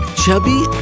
Chubby